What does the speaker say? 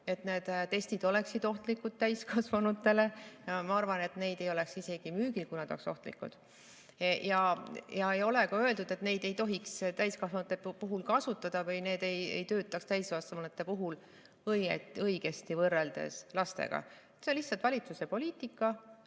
et need testid oleksid täiskasvanutele ohtlikud. Ma arvan, et neid ei oleks isegi müügil, kui nad oleksid ohtlikud. Ja ei ole ka öeldud, et neid ei tohiks täiskasvanute puhul kasutada või et need ei töötaks täiskasvanute puhul õigesti, võrreldes lastega. Selline on lihtsalt valitsuse poliitika,